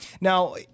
Now